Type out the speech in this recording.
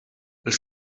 els